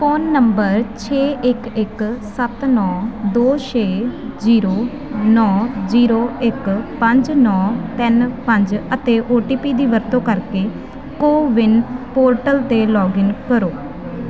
phone number ਛੇ ਇੱਕ ਇੱਕ ਸੱਤ ਨੌਂ ਦੋ ਛੇ ਜ਼ੀਰੋ ਨੌਂ ਜ਼ੀਰੋ ਇੱਕ ਪੰਜ ਨੌਂ ਤਿੰਨ ਪੰਜ ਅਤੇ ਓ ਟੀ ਪੀ ਦੀ ਵਰਤੋਂ ਕਰਕੇ ਕੋਵਿਨ ਪੋਰਟਲ 'ਤੇ ਲੌਗਇਨ ਕਰੋ